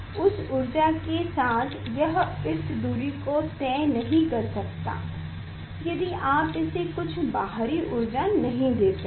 उस ऊर्जा के साथ यह इस दूरी को तय नहीं कर सकता यदि आप इसे कुछ बाहरी ऊर्जा नहीं देते हैं